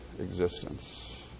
existence